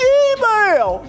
email